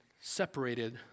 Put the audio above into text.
separated